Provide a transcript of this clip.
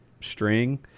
string